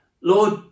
Lord